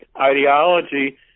ideology